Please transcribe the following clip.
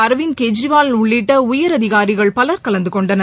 அரவிந்த் கெஜ்ரிவால் உள்ளிட்ட உயரதிகாரிகள் பலர் கலந்து கொண்டனர்